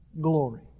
glory